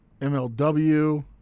MLW